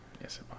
Yes